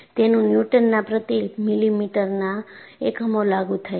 તેમાં ન્યૂટન ના પ્રતિ મિલીમીટરના એકમો લાગુ થાય છે